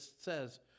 says